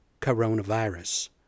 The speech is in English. coronavirus